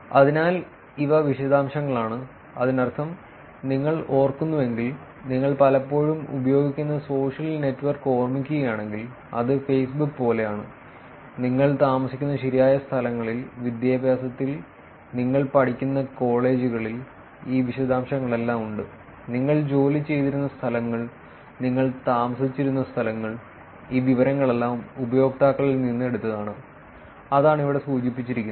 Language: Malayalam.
അതിനാൽ ഇവ വിശദാംശങ്ങളാണ് അതിനർത്ഥം നിങ്ങൾ ഓർക്കുന്നുവെങ്കിൽ നിങ്ങൾ പലപ്പോഴും ഉപയോഗിക്കുന്ന സോഷ്യൽ നെറ്റ്വർക്ക് ഓർമ്മിക്കുകയാണെങ്കിൽ അത് Facebook പോലെയാണ് നിങ്ങൾ താമസിക്കുന്ന ശരിയായ സ്ഥലങ്ങളിൽ വിദ്യാഭ്യാസത്തിൽ നിങ്ങൾ പഠിക്കുന്ന കോളേജുകളിൽ ഈ വിശദാംശങ്ങളെല്ലാം ഉണ്ട് നിങ്ങൾ ജോലി ചെയ്തിരുന്ന സ്ഥലങ്ങൾ നിങ്ങൾ താമസിച്ചിരുന്ന സ്ഥലങ്ങൾ ഈ വിവരങ്ങളെല്ലാം ഉപയോക്താക്കളിൽ നിന്ന് എടുത്തതാണ് അതാണ് ഇവിടെ സൂചിപ്പിച്ചിരിക്കുന്നത്